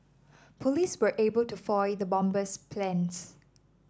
police were able to foil the bomber's plans